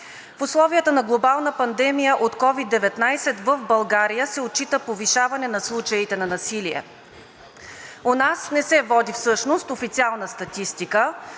В условията на глобална пандемия от COVID-19 в България се отчита повишаване на случаите на насилие. У нас не се води всъщност официална статистика,